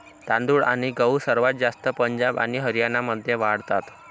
तांदूळ आणि गहू सर्वात जास्त पंजाब आणि हरियाणामध्ये वाढतात